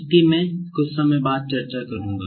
उसकी मैं कुछ समय बाद चर्चा करूँगा